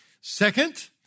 Second